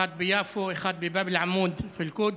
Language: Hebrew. אחד ביפו, אחד בבאב אל-עמוד באל-קודס.